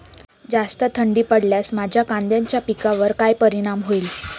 जास्त थंडी पडल्यास माझ्या कांद्याच्या पिकावर काय परिणाम होईल?